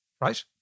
right